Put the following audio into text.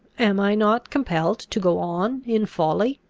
am i not compelled to go on in folly,